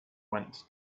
went